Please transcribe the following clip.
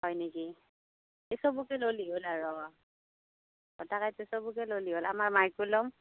হয় নেকি এই চবকে ল'লে হ'ল আৰু অঁ তাকেইতো চবকে ল'লে হ'ল আমাৰ মাইকো ল'ম